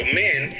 men